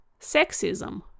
sexism